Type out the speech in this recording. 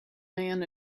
man